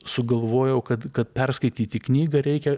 sugalvojau kad kad perskaityti knygą reikia